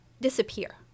disappear